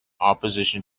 opposition